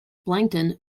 plankton